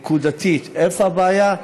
נקודתית, איפה הבעיה.